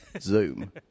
Zoom